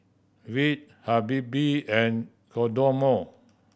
Veet Habibie and Kodomo